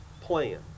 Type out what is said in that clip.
plan